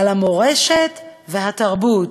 על המורשת והתרבות,